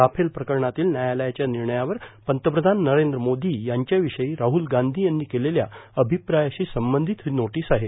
Rafale प्रकरणातील न्यायालयाच्या निर्णयावर पंतप्रधान नरेंद्र मोदी यांच्याविषयी राहल गांधी यांनी केलेल्या अभिप्रायाशी संबंधीत ही नोटीस आहे